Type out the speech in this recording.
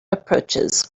approaches